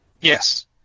Yes